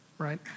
Right